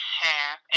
half